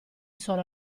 solo